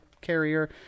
carrier